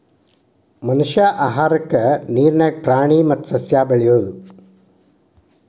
ಮನಷ್ಯಾ ಆಹಾರಕ್ಕಾ ನೇರ ನ್ಯಾಗ ಪ್ರಾಣಿ ಮತ್ತ ಸಸ್ಯಾ ಬೆಳಿಯುದು